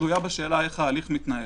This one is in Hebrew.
תלויה בשאלה, איך ההליך מתנהל,